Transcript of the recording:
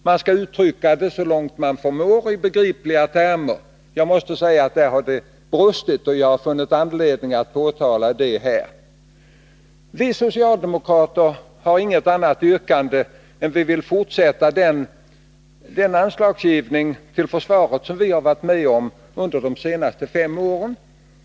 Man skall uttrycka sig så långt man förmår i begripliga termer. Jag måste säga att det har brustit i detta fall, och vi har därför funnit anledning att påtala det. Vi socialdemokrater har inget annat yrkande än att vi vill fortsätta med den anslagsgivning till försvaret som vi har varit med om att lämna under de senaste fem åren.